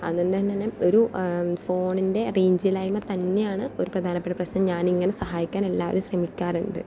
അത് കൊണ്ട് അങ്ങനെ ഒരു ഫോണിൻ്റെ റേഞ്ചില്ലായ്മ തന്നെയാണ് ഒരു പ്രധാനപ്പെട്ട പ്രശ്നം ഞാനിങ്ങനെ സഹായിക്കാൻ എല്ലാവരെയും ശ്രമിക്കാറുണ്ട്